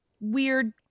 weird